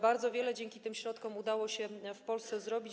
Bardzo wiele dzięki tym środkom udało się w Polsce zrobić.